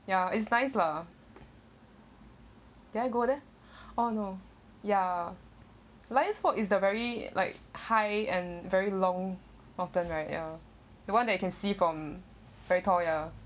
ya it's nice lah did I go there oh no ya lion's fork is the very like high and very long often right ya the one that you can see from very tall ya